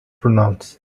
pronounce